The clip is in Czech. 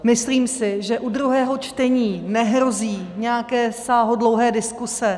Myslím si, že u druhého čtení nehrozí nějaké sáhodlouhé diskuze.